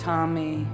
Tommy